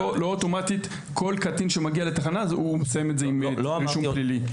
לא אוטומטית כל קטין שמגיע לתחנה הוא מסיים את זה עם רישום פלילי.